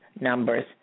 numbers